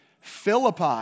Philippi